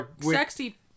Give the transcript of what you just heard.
sexy